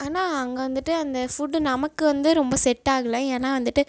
ஆனால் அங்கே வந்துட்டு அந்த ஃபுட்டு நமக்கு வந்து ரொம்ப செட்டாகலை ஏன்னால் வந்துட்டு